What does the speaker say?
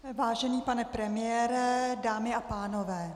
Vážený pane premiére, dámy a pánové.